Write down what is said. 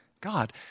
God